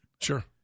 Sure